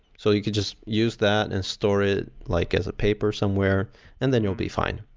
so you could just use that and store it like as a paper somewhere and then you'll be fine.